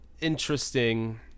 interesting